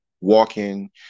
walking